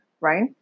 right